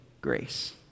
grace